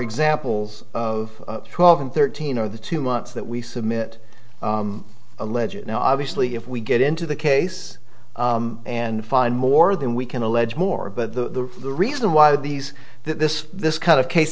examples of twelve and thirteen are the two months that we submit a legit now obviously if we get into the case and find more than we can allege more but the reason why these this this kind of case